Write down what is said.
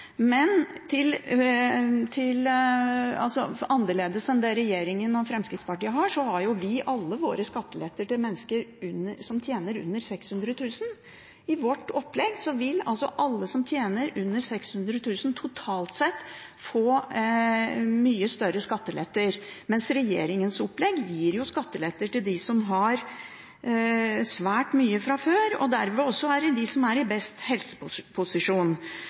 Men til forskjell fra regjeringen og Fremskrittspartiet har vi alle våre skatteletter til mennesker som tjener under 600 000 kr. I vårt opplegg vil alle som tjener under 600 000 kr totalt sett, få mye større skatteletter, mens regjeringens opplegg gir skatteletter til dem som har svært mye fra før og derved også vil være dem som er i best